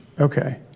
Okay